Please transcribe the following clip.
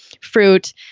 fruit